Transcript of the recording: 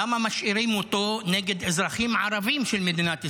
למה משאירים אותו נגד אזרחים ערבים של מדינת ישראל,